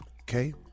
Okay